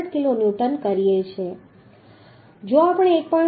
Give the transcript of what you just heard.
66 kilonewton કરીએછે જો આપણે 1